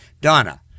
Donna